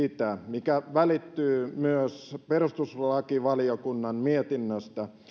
mikä välittyy myös perustuslakivaliokunnan mietinnöstä